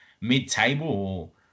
mid-table